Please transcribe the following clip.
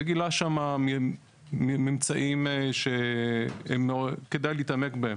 וגילה שמה ממצאים שכדאי להתעמק בהם.